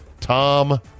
Tom